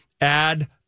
add